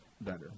better